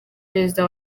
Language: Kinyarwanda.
perezida